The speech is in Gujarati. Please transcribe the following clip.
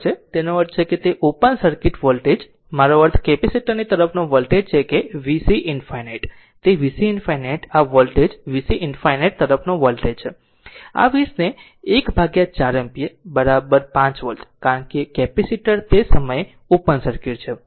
તેનો અર્થ છે અને પછી ઓપન સર્કિટ વોલ્ટેજ મારો અર્થ કેપેસિટર ની તરફનો વોલ્ટેજ છે કે vc ∞ તે vc ∞ આ વોલ્ટેજ vc ∞ આ વોલ્ટેજ છે આ 20 ને આ 1 ભાગ્યા 4 એમ્પીયર 5 વોલ્ટ કારણ કે કેપેસિટર તે સમયે ઓપન સર્કિટ છે